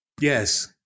Yes